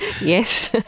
Yes